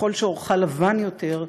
ככל שעורך לבן יותר,